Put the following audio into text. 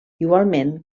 igualment